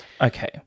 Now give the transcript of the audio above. Okay